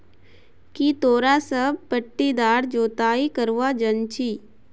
की तोरा सब पट्टीदार जोताई करवा जानछी